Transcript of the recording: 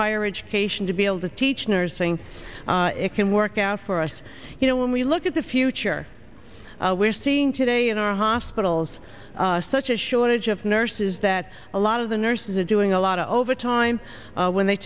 higher education to be able to teach nursing it can work out for us you know when we look at the future we're seeing today in our hospitals such a shortage of nurses that a lot of the nurses and doing a lot of overtime when they